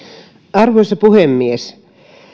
arvoisa puhemies